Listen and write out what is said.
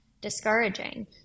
discouraging